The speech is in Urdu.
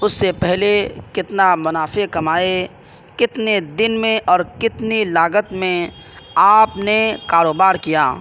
اس سے پہلے کتنا منافع کمائے کتنے دن میں اور کتنے لاگت میں آپ نے کاروبار کیا